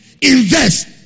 invest